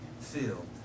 filled